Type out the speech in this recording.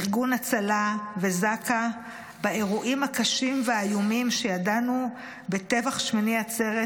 ארגון הצלה וזק"א באירועים הקשים והאיומים שידענו בטבח שמיני עצרת,